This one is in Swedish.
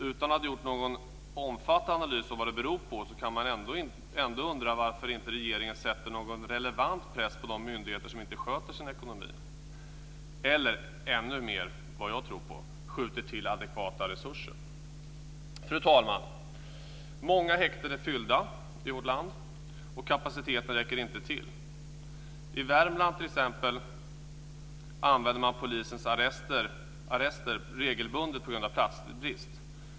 Utan att ha gjort någon omfattande analys av vad det beror på kan man ändå undra varför regeringen inte sätter någon relevant press på de myndigheter som inte sköter sin ekonomi eller - jag tror ännu mer på det - skjuter till adekvata resurser. Fru talman! Många häkten är fyllda i vårt land, och kapaciteten räcker inte till. I Värmland t.ex. använder man polisens arrester regelbundet på grund av platsbrist.